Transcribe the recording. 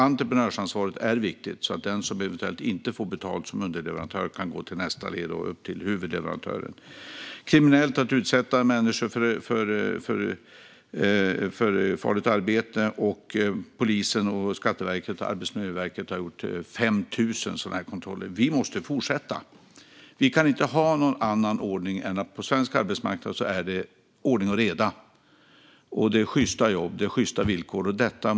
Entreprenörsansvaret är viktigt, och den underleverantör som eventuellt inte får betalt ska kunna gå till nästa led och upp till huvudleverantören. Det är kriminellt att utsätta människor för farligt arbete, och polisen, Skatteverket och Arbetsmiljöverket har som sagt gjort 5 000 kontroller. Vi måste fortsätta. På svensk arbetsmarknad ska det råda ordning och reda. Det är sjysta jobb och sjysta villkor som gäller.